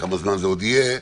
כמה זמן זה עוד יהיה,